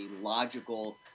logical